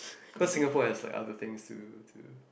cause Singapore has like other things to to